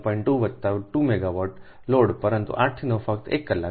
2 વત્તા 2 megawatt load પરંતુ 8 થી 9 ફક્ત 1 કલાક